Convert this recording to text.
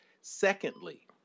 Secondly